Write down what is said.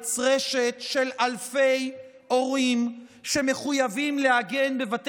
הארץ רשת של אלפי הורים שמחויבים להגן בבית